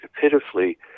pitifully